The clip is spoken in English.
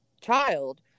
child